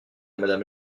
madame